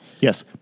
Yes